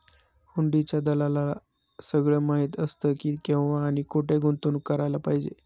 हुंडीच्या दलालाला सगळं माहीत असतं की, केव्हा आणि कुठे गुंतवणूक करायला पाहिजे